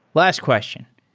last question.